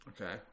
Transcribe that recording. Okay